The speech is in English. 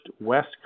West